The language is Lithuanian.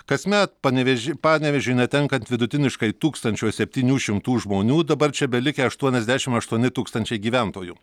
kasmet panevėžy panevėžiui netenkant vidutiniškai tūkstančio septynių šimtų žmonių dabar čia belikę aštuoniasdešim aštuoni tūkstančiai gyventojų